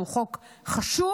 שהוא חוק חשוב.